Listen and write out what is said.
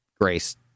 Grace